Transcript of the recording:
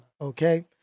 okay